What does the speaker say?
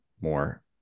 more